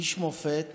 איש מופת,